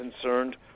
concerned